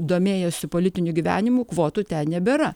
domėjosi politiniu gyvenimu kvotų ten nebėra